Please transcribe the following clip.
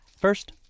First